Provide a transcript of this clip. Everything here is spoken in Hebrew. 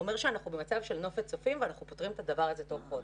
אומר שאנחנו במצב של נופת צופים ואנחנו פותרים את הדבר הזה תוך חודש.